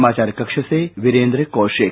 समाचार कक्ष से वीरेन्द्र कौशिक